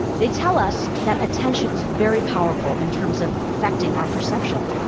they tell us that attention is very powerful in terms of affecting our perception.